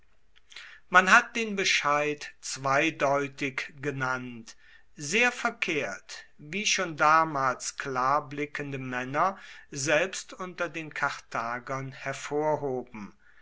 man hat den bescheid zweideutig genannt sehr verkehrt wie schon damals klarblickende männer selbst unter den karthagern hervorhoben